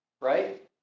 Right